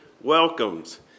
welcomes